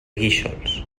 guíxols